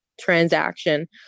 transaction